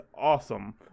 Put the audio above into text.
awesome